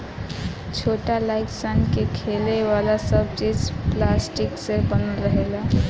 छोट लाइक सन के खेले वाला सब चीज़ पलास्टिक से बनल रहेला